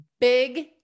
big